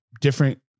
different